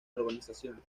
urbanización